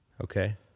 Okay